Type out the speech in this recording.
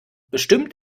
bestimmt